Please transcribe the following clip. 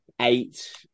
eight